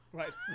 right